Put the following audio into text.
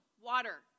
water